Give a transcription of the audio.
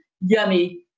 yummy